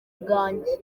bwanjye